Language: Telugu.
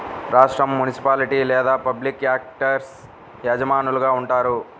రాష్ట్రం, మునిసిపాలిటీ లేదా పబ్లిక్ యాక్టర్స్ యజమానులుగా ఉంటారు